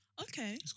Okay